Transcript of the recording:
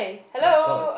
oh-my-God